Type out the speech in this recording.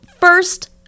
first